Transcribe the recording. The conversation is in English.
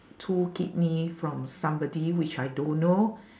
two kidney from somebody which I don't know